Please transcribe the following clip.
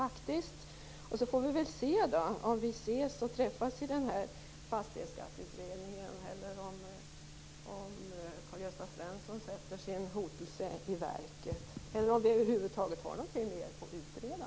Vi får väl se om vi träffas i Fastighetsskatteutredningen eller om Karl-Gösta Svenson sätter sin hotelse i verket, eller om vi över huvud taget har någonting mer att utreda.